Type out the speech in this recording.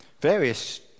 various